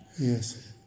Yes